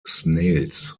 snails